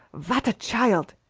vat a child!